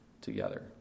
Together